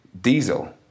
Diesel